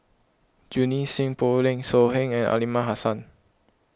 Junie Sng Poh Leng So Heng and Aliman Hassan